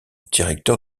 directeur